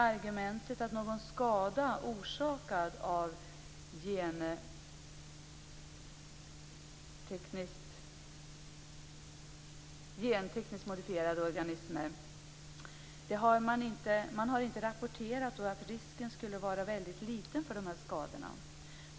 Argumentet är att någon skada orsakad av gentekniskt modifierade organismer inte har rapporterats och att risken för skador skulle vara mycket liten.